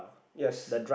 yes